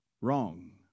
wrong